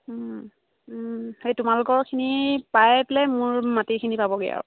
সেই তোমালোকৰখিনি পাই পেলায়ে মোৰ মাটিখিনি পাবগৈ আৰু